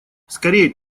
скорей